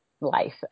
life